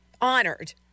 honored